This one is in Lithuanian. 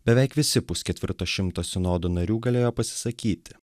beveik visi pusketvirto šimto sinodo narių galėjo pasisakyti